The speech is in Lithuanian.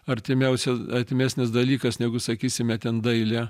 artimiausias artimesnis dalykas negu sakysime ten dailė